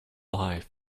life